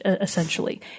essentially